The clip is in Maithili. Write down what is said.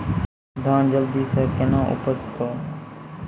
धान जल्दी से के ना उपज तो?